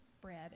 bread